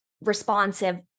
responsive